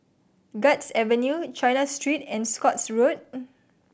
Guards Avenue China Street and Scotts Road